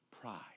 Pride